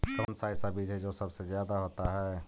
कौन सा ऐसा बीज है जो सबसे ज्यादा होता है?